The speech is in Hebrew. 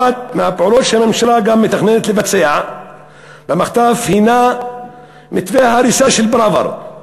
אחת הפעולות שהממשלה גם מתכננת לבצע במחטף היא מתווה ההריסה של פראוור,